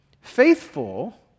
faithful